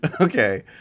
Okay